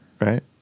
Right